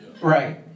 right